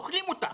"אוכלים אותה",